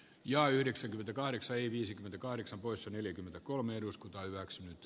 ja yhdeksän kahdeksan viisikymmentäkahdeksan poissa neljäkymmentäkolme kannatan ed